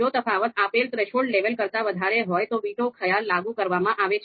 જો તફાવત આપેલ થ્રેશોલ્ડ લેવલ કરતા વધારે હોય તો વીટો ખ્યાલ લાગુ કરવામાં આવે છે